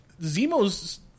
Zemo's